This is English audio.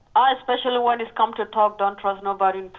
i especially when it's come to talk don't trust nobody